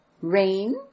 rain